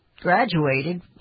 graduated